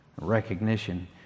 recognition